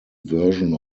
version